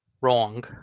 wrong